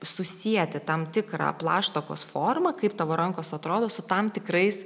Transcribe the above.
susieti tam tikrą plaštakos formą kaip tavo rankos atrodo su tam tikrais